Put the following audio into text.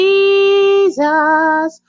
Jesus